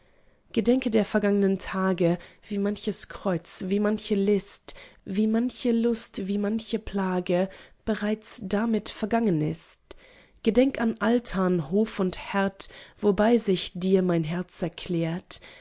gedenke der vergangnen tage wie manches kreuz wie manche list wie manche lust wie manche plage bereits damit vergangen ist gedenk an altan hof und herd wobei sich dir mein herz erklärt